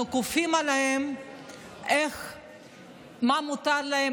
אנחנו כופים עליהם מה מותר להם,